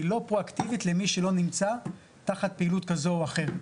היא לא פרו-אקטיבית למי שלא נמצא תחת פעילות כזו או אחרת.